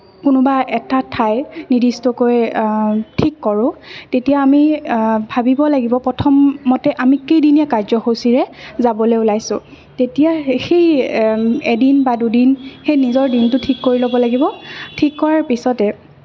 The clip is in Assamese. কোনোবা এটা ঠাই নিৰ্দিষ্টকৈ ঠিক কৰোঁ তেতিয়া আমি ভাবিব লাগিব প্ৰথমতে আমি কেইদিনীয়া কাৰ্যসূচীৰে যাবলৈ ওলাইছোঁ তেতিয়া সেই এদিন বা দুদিন সেই নিজৰ দিনটো ঠিক কৰি ল'ব লাগিব ঠিক কৰাৰ পিছতে